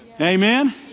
Amen